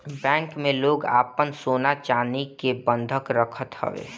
bank में लोग आपन सोना चानी के बंधक रखत हवे